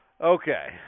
okay